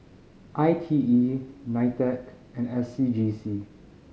I T E NITEC and S C G C